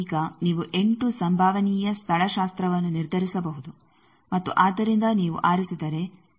ಈಗ ನೀವು 8 ಸಂಭವನೀಯ ಸ್ಥಳಶಾಸ್ತ್ರವನ್ನು ನಿರ್ಧರಿಸಬಹುದು ಮತ್ತು ಆದ್ದರಿಂದ ನೀವು ಆರಿಸಿದರೆ ಇದನ್ನು ನೀವು ನೋಡುತ್ತೀರಿ